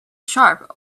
sharp